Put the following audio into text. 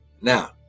Now